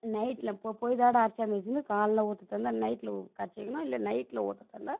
நைட்டுல இப்போ பொழுதோட அரைச்சியாந்து வெச்சுருந்து காலைல ஊத்துகிறதா இருந்தால் நைட்டுல கரைச்சி வைக்கணும் இல்லை நைட்டுல ஊத்துகிறதா இருந்தால்